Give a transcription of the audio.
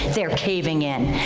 they're caving in,